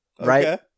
right